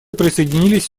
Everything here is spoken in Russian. присоединились